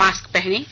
mask पहनें